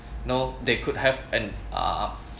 know they could have an uh